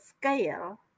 scale